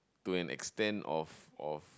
to an extent of of